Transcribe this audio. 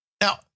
Now